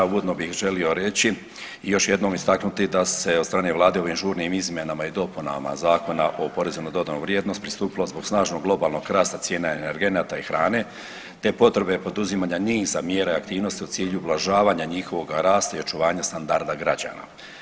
Uvodno bih želi reći i još jednom istaknuti da se od strane vlade ovim žurnim izmjenama i dopunama Zakona o PDV-u pristupilo zbog snažnog globalnog rasta cijena energenata i hrane, te potrebe poduzimanja niza mjera i aktivnosti u cilju ublažavanja njihovog rasta i očuvanja standarda građana.